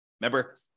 Remember